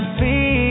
see